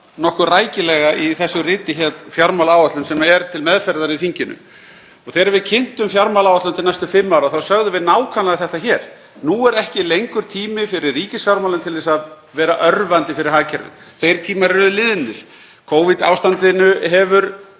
nokkuð rækilega í þessu riti, fjármálaáætlun sem er til meðferðar í þinginu. Þegar við kynntum fjármálaáætlun til næstu fimm ára þá sögðum við nákvæmlega þetta hér: Nú er ekki lengur tími fyrir ríkisfjármálin til að vera örvandi fyrir hagkerfið. Þeir tímar eru liðnir. Covid-ástandinu er